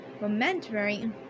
momentary